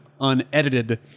unedited